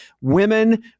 Women